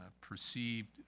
perceived